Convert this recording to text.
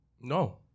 No